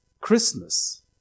Christmas